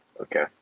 Okay